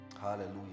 Hallelujah